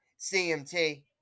CMT